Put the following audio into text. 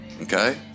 Okay